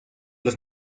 los